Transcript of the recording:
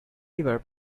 river